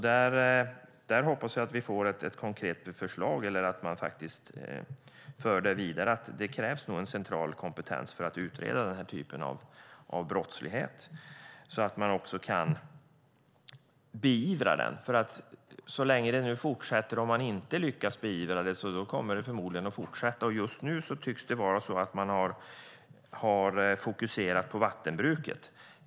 Jag hoppas att vi får ett konkret förslag eller att man för vidare att det krävs en central kompetens för att utreda den här typen av brottslighet så att man också kan beivra den. Så länge den fortsätter och man inte lyckas beivra den kommer den förmodligen att fortsätta. Just nu tycks man ha fokuserat på vattenbruket.